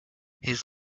his